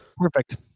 Perfect